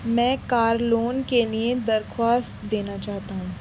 میں car loan کے لیے درخواست دینا چاہتا ہوں